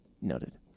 Noted